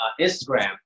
Instagram